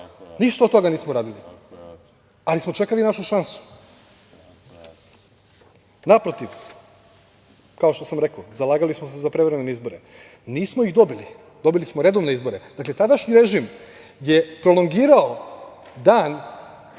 ništa od toga nismo radili, ali smo čekali našu šansu. Naprotiv, kao što sam rekao, zalagali smo se za prevremene izbore. Nismo ih dobili. Dobili smo redovne izbore. Dakle, tadašnji režim je prolongirao